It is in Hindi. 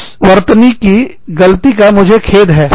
इस वर्तनी की गलती का मुझे खेद है